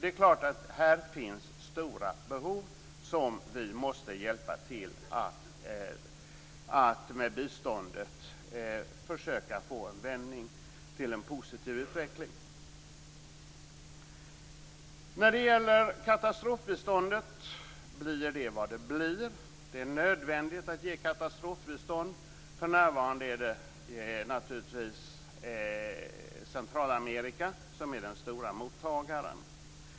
Det är klart att det här finns stora behov. Vi måste med biståndet hjälpa till att försöka få en vändning till en positiv utveckling. När det gäller katastrofbiståndet blir det vad det blir. Det är nödvändigt att ge katastrofbistånd. För närvarande är det naturligtvis Centralamerika som är den stora mottagaren.